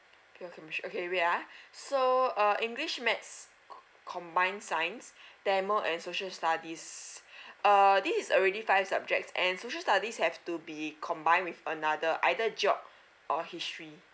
okay okay wait ah so ah english maths combined science tamil and social studies uh this is already five subjects and social studies have to be combined with another either geog or history